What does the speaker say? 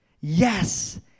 Yes